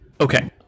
okay